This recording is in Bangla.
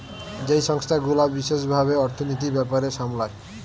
যেই সংস্থা গুলা বিশেষ ভাবে অর্থনীতির ব্যাপার সামলায়